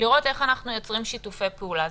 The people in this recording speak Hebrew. לראות איך אנחנו יוצרים שיתופי פעולה.